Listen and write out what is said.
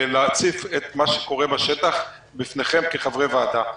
להציף את מה שקורה בשטח בפניכם כחברי הוועדה.